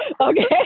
Okay